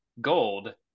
gold